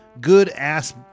Good-ass